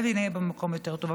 הלוואי שנהיה במקום יותר טוב.